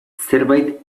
zerbait